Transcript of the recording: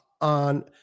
on